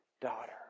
daughter